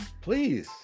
Please